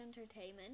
entertainment